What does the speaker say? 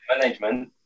management